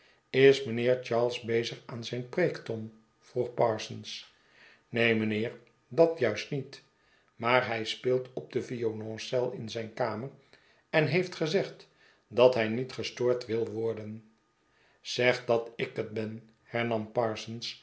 is mijnheer charles bezig aan zijn preek tom vroeg parsons neen mijnheer dat juist niet maar hij speelt op de violoncel in zijn kamer en heeft gezegd dat hij niet gestoord wil worden zeg dat ik het ben